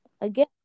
again